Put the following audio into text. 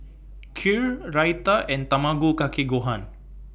Kheer Raita and Tamago Kake Gohan